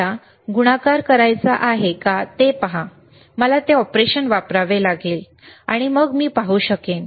मला गुणाकार करायचा आहे का ते पहा तर मला हे ऑपरेशन वापरावे लागेल आणि मग मी पाहू शकेन